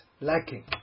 lacking